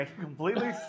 completely